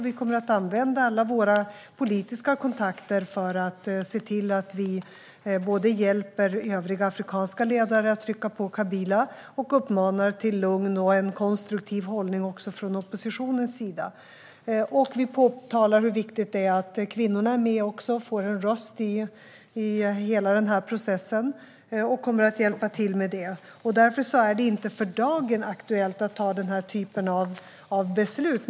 Vi kommer att använda alla våra politiska kontakter för att hjälpa övriga afrikanska ledare att trycka på Kabila, och vi uppmanar till lugn och en konstruktiv hållning också från oppositionen. Vi påtalar även hur viktigt det är att också kvinnorna är med och får en röst i hela processen. Vi kommer att hjälpa till med det. Därför är det inte för dagen aktuellt att ta den här typen av beslut.